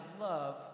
love